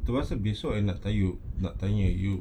pasal esok I nak tanya you nak tanya you